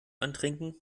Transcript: antrinken